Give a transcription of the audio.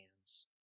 hands